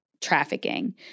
trafficking